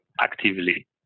actively